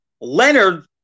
Leonard